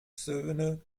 söhne